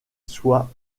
soit